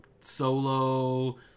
Solo